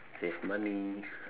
save money